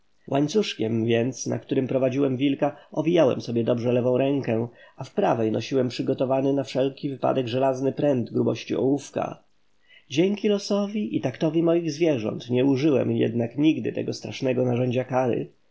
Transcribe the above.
łańcuszkiem więc na którym prowadziłem wilka owijałem sobie dobrze lewą rękę a w prawej nosiłem przygotowany na wszelki wypadek żelazny pręt grubości ołówka dzięki losowi i taktowi moich zwierząt nie użyłem jednak nigdy tego strasznego narzędzia kary